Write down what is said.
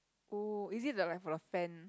oh is it the like for the fan